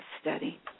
study